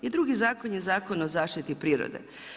I drugi zakon je Zakon o zaštiti prirode.